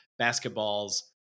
basketballs